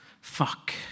Fuck